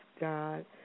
God